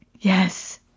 Yes